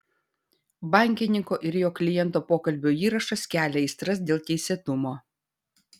bankininko ir jo kliento pokalbio įrašas kelia aistras dėl teisėtumo